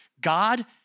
God